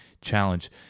challenge